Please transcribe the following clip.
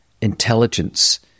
intelligence